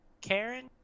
karen